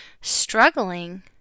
struggling